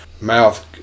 mouth